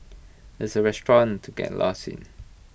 it's A restaurant to get lost in